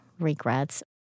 regrets